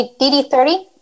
DD30